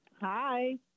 Hi